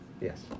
Yes